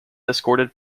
escorted